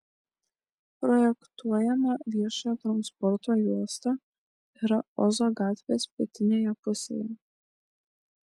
projektuojama viešojo transporto juosta yra ozo gatvės pietinėje pusėje